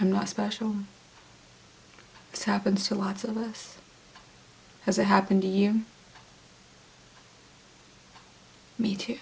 i'm not special this happens to lots of us as it happened to you me too